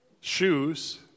shoes